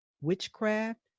witchcraft